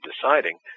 deciding